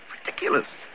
Ridiculous